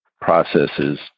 processes